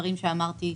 דברים שאמרתי קודם.